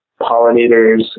Pollinators